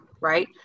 right